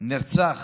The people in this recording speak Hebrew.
נרצח